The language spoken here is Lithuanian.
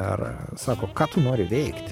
ar sako ką tu nori veikti